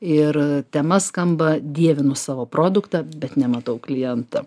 ir tema skamba dievinu savo produktą bet nematau klientų